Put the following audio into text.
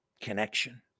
connection